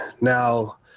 now